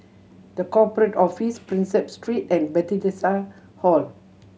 The Corporate Office Prinsep Street and Bethesda Hall